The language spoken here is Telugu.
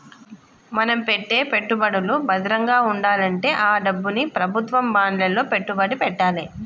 మన పెట్టే పెట్టుబడులు భద్రంగా వుండాలంటే ఆ డబ్బుని ప్రభుత్వం బాండ్లలో పెట్టుబడి పెట్టాలే